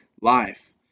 life